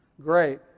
Great